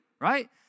right